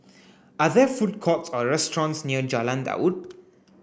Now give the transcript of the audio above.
are there food courts or restaurants near Jalan Daud